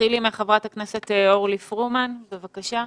חברת הכנסת אורלי פרומן, בבקשה.